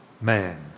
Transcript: man